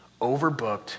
overbooked